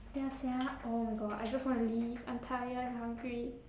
ya sia oh my god I just want to leave I'm tired and hungry